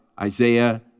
Isaiah